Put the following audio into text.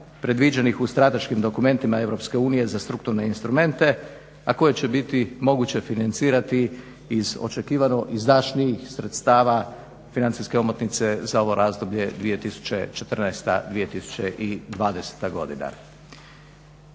predviđenih u strateškim dokumentima EU za strukturne instrumente, a koje će biti moguće financirati iz očekivano izdašnijih sredstava financijske omotnice za ovo razdoblje 2014.-2020. godina.